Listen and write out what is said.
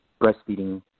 breastfeeding